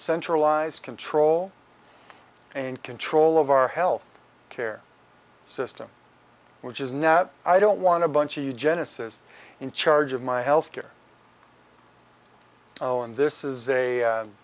centralize control and control of our health care system which is now i don't want to bunch you genesis in charge of my health care oh and this is a